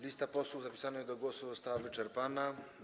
Lista posłów zapisanych do głosu została wyczerpana.